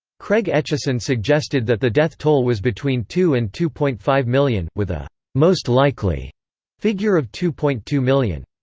craig etcheson suggested that the death toll was between two and two point five million, with a most likely figure of two point two million.